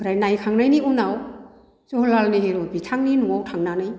ओमफ्राय नायखांनायनि उनाव जवाहरलाल नेहरु बिथांनि न'आव थांनानै